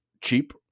cheap